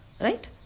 right